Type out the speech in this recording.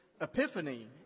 epiphany